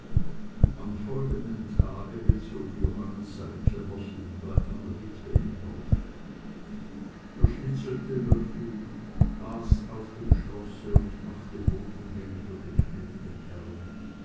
am folgenden tage bezog johannes sein kämmerchen bei einer witwe im dorfe er schnitzelte löffel aß auf dem schlosse und machte botengänge für den gnädigen herrn